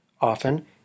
Often